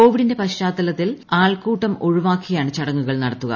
കോവിഡിന്റെ പശ്ചാത്തലത്തിൽ ആൾക്കൂട്ടം ഒഴിവാക്കിയാണ് ചടങ്ങുകൾ നടത്തുക